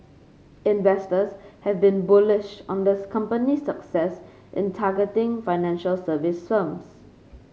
investors have been bullish on the company's success in targeting financial services firms